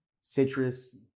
citrus